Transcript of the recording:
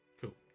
Cool